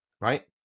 Right